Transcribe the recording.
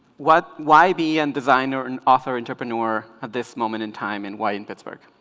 what why be and designer an author entrepreneur at this moment in time and why in pittsburgh